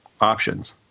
options